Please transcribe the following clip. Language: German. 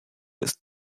ist